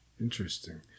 Interesting